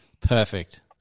Perfect